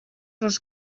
els